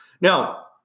Now